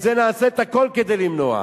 את זה נעשה הכול כדי למנוע.